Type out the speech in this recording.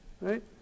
right